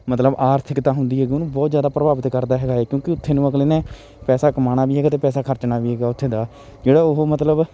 ਮਤਲਬ ਆਰਥਿਕਤਾ ਹੁੰਦੀ ਹੈਗੀ ਉਹਨੂੰ ਬਹੁਤ ਜ਼ਿਆਦਾ ਪ੍ਰਭਾਵਿਤ ਕਰਦਾ ਹੈਗਾ ਹੈ ਕਿਉਂਕਿ ਉੱਥੇ ਨੂੰ ਅਗਲੇ ਨੇ ਪੈਸਾ ਕਮਾਉਣਾ ਵੀ ਹੈਗਾ ਅਤੇ ਪੈਸਾ ਖਰਚਣਾ ਵੀ ਹੈਗਾ ਉੱਥੇ ਦਾ ਜਿਹੜਾ ਉਹ ਮਤਲਬ